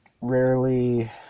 Rarely